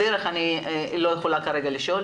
לגבי הדרך אני לא יכולה לשאול,